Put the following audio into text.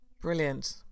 Brilliant